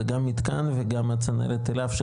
זה גם מתקן וגם הצנרת אליו,